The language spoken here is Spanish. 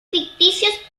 ficticios